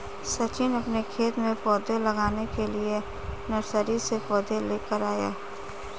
सचिन अपने खेत में पौधे लगाने के लिए नर्सरी से पौधे लेकर आया